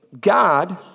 God